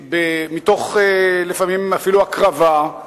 לפעמים אפילו מתוך הקרבה,